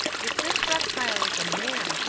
if this reptile is a man,